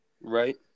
right